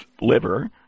liver